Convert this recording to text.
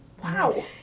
Wow